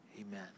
Amen